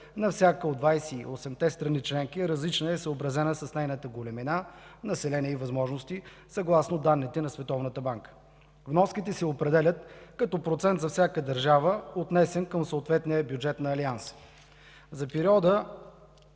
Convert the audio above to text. на всяка от 28-те страни членки е различна и е съобразена с нейната големина, население и възможности съгласно данните на Световната банка. Вноските се определят като процент за всяка държава, отнесен към съответния бюджет на Алианса. За периода